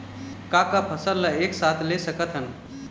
का का फसल ला एक साथ ले सकत हन?